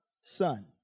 son